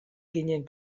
ginen